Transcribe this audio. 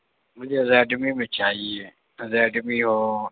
مجھے ریڈمی میں چاہیے ریڈمی ہو